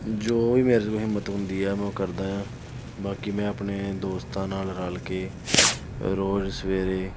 ਜੋ ਵੀ ਮੇਰੇ ਕੋਲ ਹਿੰਮਤ ਹੁੰਦੀ ਹੈ ਮੈਂ ਉਹ ਕਰਦਾ ਹਾਂ ਬਾਕੀ ਮੈਂ ਆਪਣੇ ਦੋਸਤਾਂ ਨਾਲ ਰਲ ਕੇ ਰੋਜ਼ ਸਵੇਰੇ